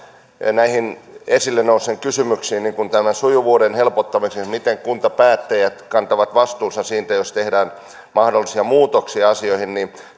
näihin esille nousseisiin kysymyksiin niin kuin tähän sujuvuuden helpottamiseen ja siihen miten kuntapäättäjät kantavat vastuunsa siitä jos tehdään mahdollisia muutoksia asioihin